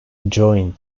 joined